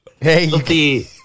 hey